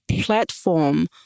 platform